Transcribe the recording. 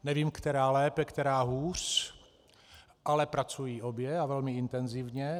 Nevím, která lépe, která hůř, ale pracují obě a velmi intenzivně.